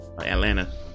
Atlanta